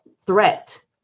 threat